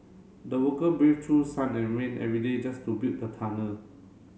the worker braved through sun and rain every day just to build the tunnel